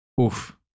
Oof